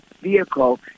vehicle